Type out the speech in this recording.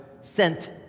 sent